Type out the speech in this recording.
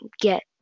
get